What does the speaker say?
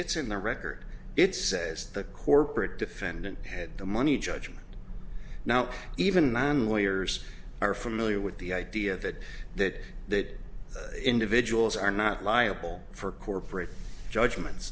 it's in the record it says the corporate defendant had the money judgment now even non lawyers are familiar with the idea that that that individuals are not liable for corporate judgments